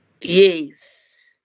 Yes